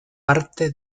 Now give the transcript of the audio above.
parte